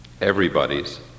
everybody's